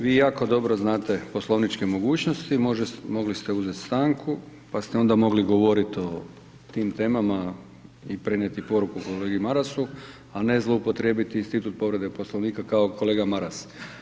Vi jako dobro znate poslovničke mogućnosti, mogli ste uzeti stanku, pa ste onda mogli govoriti o tim temama i prenijeti poruku kolegi Marasu, a ne zloupotrijebiti institut povrede Poslovnika kao kolega Maras.